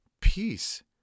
peace